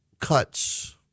cuts